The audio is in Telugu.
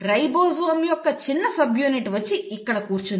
రైబోజోమ్ యొక్క చిన్న సబ్యూనిట్ వచ్చి ఇక్కడ కూర్చుంది